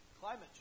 climate